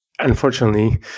Unfortunately